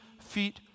feet